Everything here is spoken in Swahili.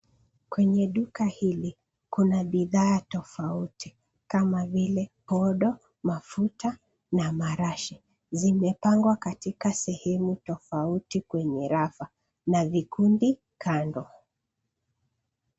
Kwenye duka hili kuna bidhaa tofauti. Kama vile podo, mafuta, na marashi. Zimepangwa katika sehemu tofauti kwenye rafa na vikundi kando